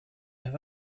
have